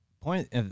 point